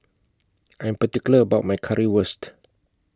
I'm particular about My Currywurst